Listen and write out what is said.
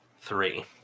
three